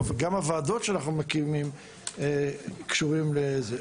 גם הוועדות שאנחנו מקימים קשורים לזה.